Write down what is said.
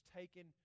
taken